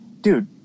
dude